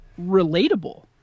relatable